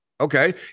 okay